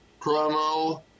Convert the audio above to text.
promo